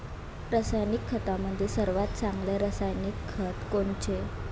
रासायनिक खतामंदी सर्वात चांगले रासायनिक खत कोनचे?